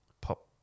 pop